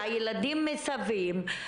שהילדים מסביב,